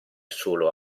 solo